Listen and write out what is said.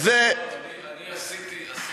אני עשיתי ניסיון.